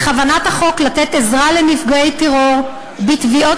בכוונת החוק לתת עזרה לנפגעי טרור בתביעות